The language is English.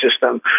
system